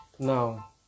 now